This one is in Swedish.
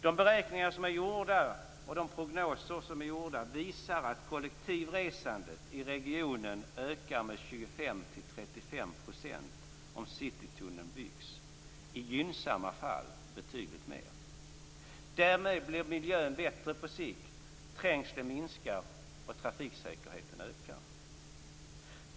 De beräkningar och de prognoser som är gjorda visar att kollektivresandet i regionen ökar med 25 35 % om Citytunneln byggs, i gynnsamma fall betydligt mer. Därmed blir miljön bättre på sikt, trängseln minskar och trafiksäkerheten ökar.